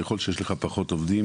ככל שיש לך פחות עובדים,